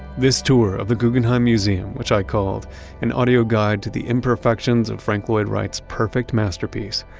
this tour of the guggenheim museum, which i called an audio guide to the imperfections of frank lloyd wright's perfect masterpiece,